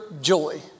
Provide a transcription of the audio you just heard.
joy